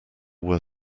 were